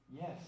Yes